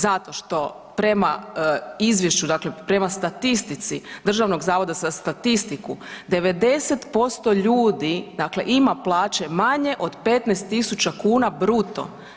Zato što prema izvješću dakle prema statistici Državnog zavoda za statistiku 90% ljudi dakle ima plaće manje od 15.000 kuna bruto.